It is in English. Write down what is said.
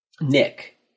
Nick